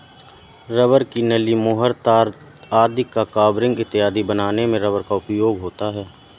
rubber की नली, मुहर, तार आदि का कवरिंग इत्यादि बनाने में रबर का उपयोग होता है